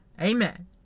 amen